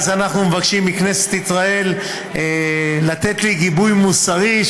אז אנחנו מבקשים מכנסת ישראל לתת לי גיבוי מוסרי,